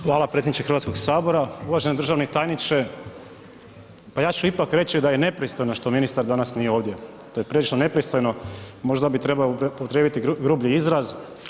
Hvala predsjedniče Hrvatskog sabora, uvaženi državni tajniče pa ja ću ipak reći da je nepristojno što ministar danas nije ovdje, to je prilično nepristojno, možda bih trebao upotrijebiti grublji izraz.